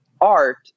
art